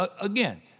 Again